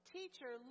Teacher